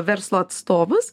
verslo atstovus